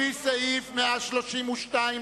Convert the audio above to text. לפי סעיף 132(ב),